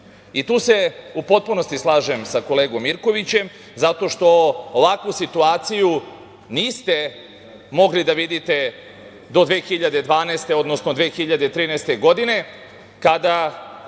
Tu se u potpunosti slažem sa kolegom Mirkoviće zato što ovakvu situaciju niste mogli da vidite do 2012. godine, odnosno do 2013. godine, kada